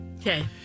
Okay